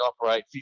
operate